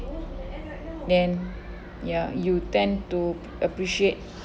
then ya you tend to appreciate